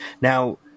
Now